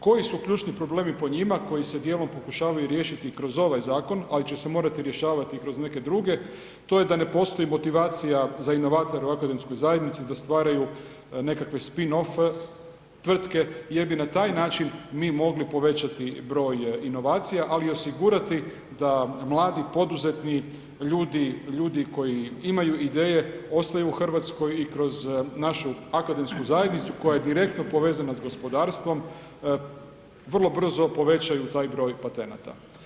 Koji su ključni problemi po njima koji se dijelom pokušavaju riješiti kroz ovaj zakon ali će se morati rješavati i kroz neke druge, to je da ne postoji motivacija za inovatore u akademskoj zajednici, da stvaraju nekakve spin-off tvrtke jer bi na taj način mi mogli povećati broj inovacija ali i osigurati da mladi poduzetni ljudi, ljudi koji imaju ideje ostaju u Hrvatskoj i kroz našu akademsku zajednicu koja je direktno povezana sa gospodarstvom vrlo brzo povećaju taj broj patenata.